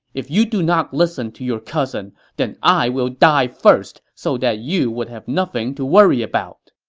if you do not listen to your cousin, then i will die first so that you would have nothing to worry about.